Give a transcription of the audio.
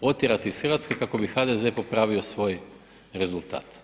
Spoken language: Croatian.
otjerati iz Hrvatske kako bi HDZ popravio svoj rezultat.